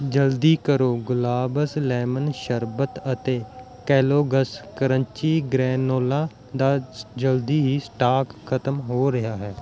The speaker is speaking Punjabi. ਜਲਦੀ ਕਰੋ ਗੁਲਾਬਸ ਲੈਮਨ ਸ਼ਰਬਤ ਅਤੇ ਕੈਲੋਗਸ ਕਰੰਚੀ ਗ੍ਰੈਨੋਲਾ ਦਾ ਜਲਦੀ ਹੀ ਸਟਾਕ ਖਤਮ ਹੋ ਰਿਹਾ ਹੈ